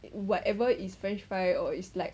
whatever is french fry or it's like